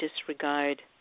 disregard